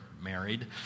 married